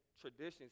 traditions